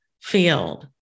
field